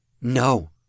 No